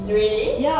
really